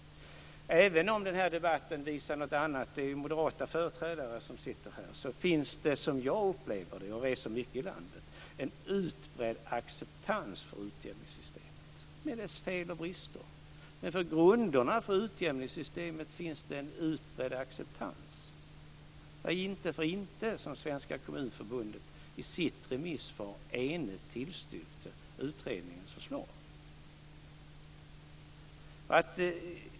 Även om den här debatten visar något annat - det är moderata företrädare som sitter här - upplever jag när jag reser i landet en utbredd acceptans för utjämningssystemet, med dess fel och brister. För grunderna för utjämningssystemet finns det en utbredd acceptans. Det är inte för inte som Svenska Kommunförbundet i sitt remissvar enigt tillstyrkte utredningens förslag.